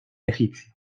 egipcio